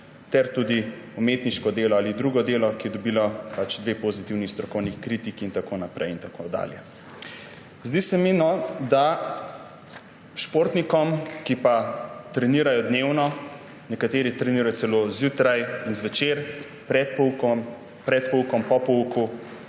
ter tudi umetniško delo ali drugo delo, ki je dobilo dve pozitivni strokovni kritiki, in tako naprej in tako dalje – zdi se mi, da pa športnikom, ki trenirajo dnevno, nekateri trenirajo celo zjutraj in zvečer, pred poukom, po pouku,